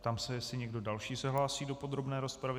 Ptám se, jestli se někdo další hlásí do podrobné rozpravy.